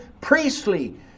priestly